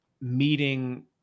meeting